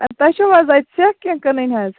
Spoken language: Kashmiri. تۅہہِ چھَو حظ سٮ۪کھ اَتہِ کیٚنٛہہ کٕنٕنۍ حظ